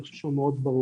אני חושב שהוא מאוד ברור.